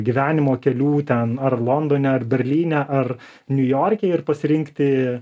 gyvenimo kelių ten ar londone ar berlyne ar niujorke ir pasirinkti